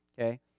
Okay